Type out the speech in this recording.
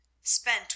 spent